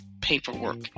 paperwork